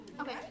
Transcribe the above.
Okay